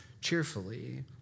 cheerfully